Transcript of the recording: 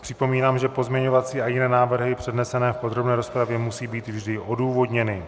Připomínám, že pozměňovací a jiné návrhy přednesené v podrobné rozpravě musí být vždy odůvodněny.